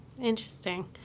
Interesting